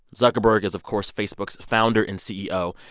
zuckerberg is, of course, facebook's founder and ceo,